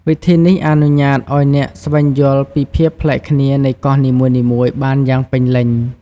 វិធីនេះអនុញ្ញាតឲ្យអ្នកស្វែងយល់ពីភាពប្លែកគ្នានៃកោះនីមួយៗបានយ៉ាងពេញលេញ។